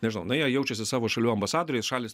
nežinau na jie jaučiasi savo šalių ambasadoriais šalys